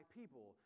people